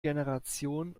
generation